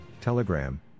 Telegram